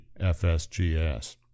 FSGS